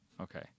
okay